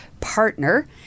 partner